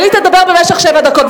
אבל היא תדבר במשך שבע דקות,